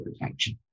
protection